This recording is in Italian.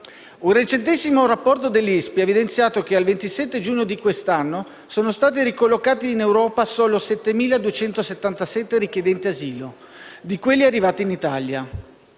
internazionale (ISPI) ha evidenziato che, al 27 giugno di quest'anno, sono stati ricollocati in Europa solo 7.277 richiedenti asilo di quelli arrivati in Italia.